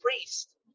priest